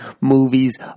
movies